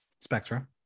spectra